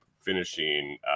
finishing